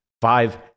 Five